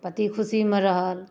पति खुशीमे रहल